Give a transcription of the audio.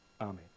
Amen